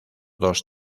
dos